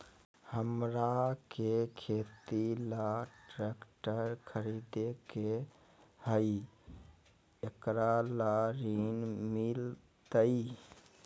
हमरा के खेती ला ट्रैक्टर खरीदे के हई, एकरा ला ऋण मिलतई?